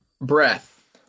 breath